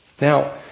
Now